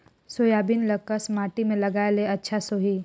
Soybean ल कस माटी मे लगाय ले अच्छा सोही?